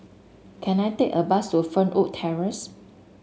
can I take a bus to Fernwood Terrace